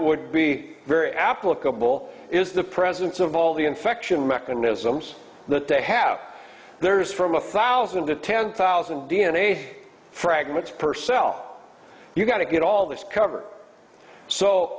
would be very applicable is the presence of all the infection mechanisms that they have there is from a thousand to ten thousand d n a fragments per cell you got to get all this cover so